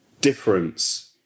difference